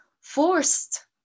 forced